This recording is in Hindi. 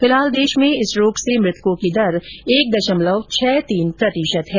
फिलहाल भारत में इस रोग से मुतकों की दर एक दशमलव छह तीन प्रतिशत है